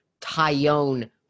Tyone